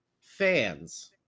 fans